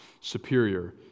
superior